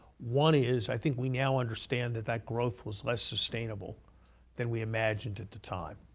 one is, i think we now understand that that growth was less sustainable than we imagined at the time.